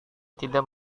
tidak